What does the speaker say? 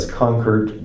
conquered